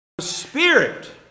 spirit